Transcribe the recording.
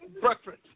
breakfast